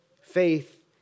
Faith